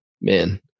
man